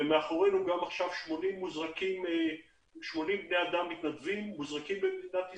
מאחורינו עכשיו יש גם 80 בני אדם מתנדבים מוזרקים במדינת ישראל,